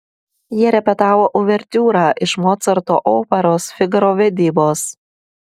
jie repetavo uvertiūrą iš mocarto operos figaro vedybos